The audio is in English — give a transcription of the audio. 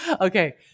Okay